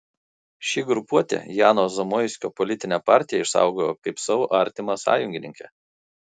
ši grupuotė jano zamoiskio politinę partiją išsaugojo kaip savo artimą sąjungininkę